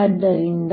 ಆದ್ದರಿಂದ